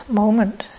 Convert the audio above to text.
moment